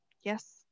Yes